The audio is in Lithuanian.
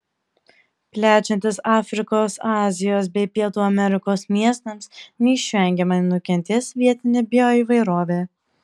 plečiantis afrikos azijos bei pietų amerikos miestams neišvengiamai nukentės vietinė bioįvairovė